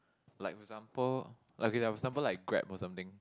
like for example like okay for example like Grab or something